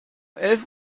elf